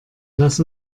lass